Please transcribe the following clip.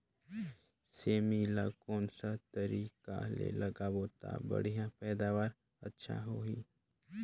सेमी ला कोन सा तरीका ले लगाबो ता बढ़िया पैदावार अच्छा होही?